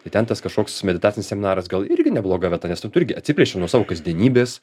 tai ten tas kažkoks meditacinis seminaras gal irgi nebloga vieta nes na tu irgi atsiplėšti nuo savo kasdienybės